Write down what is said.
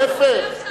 להיפך.